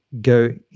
go